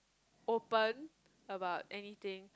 open about anything